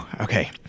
Okay